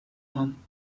van